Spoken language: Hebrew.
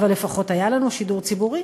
אבל לפחות היה לנו שידור ציבורי.